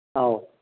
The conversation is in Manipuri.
ꯑꯧ